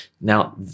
Now